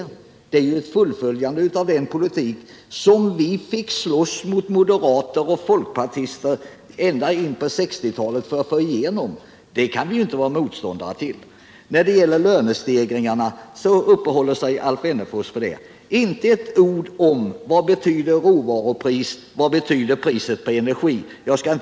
De innebär ju ett fullföljande av den politik som vi fick slåss för mot moderater och folkpartister ända in på 1960-talet. Alf Wennerfors uppehöll sig länge vid lönestegringarna men sade inte ett ord om vad råvarupriserna och priset på energin betyder.